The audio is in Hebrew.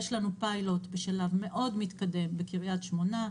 יש לנו פיילוט בשלב מאוד מתקדם בקריית שמונה,